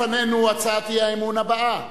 לפנינו הצעת האי-אמון הבאה,